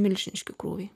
milžiniški krūviai